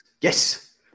yes